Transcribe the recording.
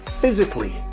physically